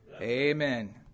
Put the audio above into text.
Amen